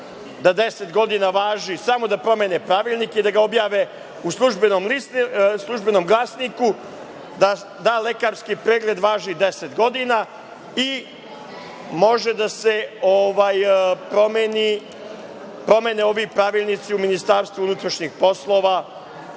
da 10 godina važi, samo da promene pravilnik i da ga objave u „Službenom glasniku“, da lekarski pregled važi 10 godina i mogu da se promene ovi pravilnici u Ministarstvu unutrašnjih poslova